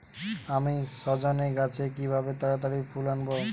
আমি সজনে গাছে কিভাবে তাড়াতাড়ি ফুল আনব?